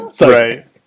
Right